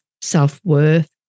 self-worth